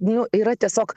nu yra tiesiog